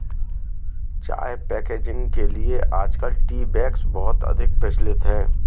चाय पैकेजिंग के लिए आजकल टी बैग्स बहुत अधिक प्रचलित है